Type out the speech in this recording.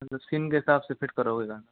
मतलब सीन के हिसाब से फ़िट करोगे गाना